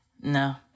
No